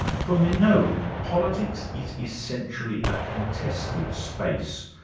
for minogue, politics is essentially a contested space.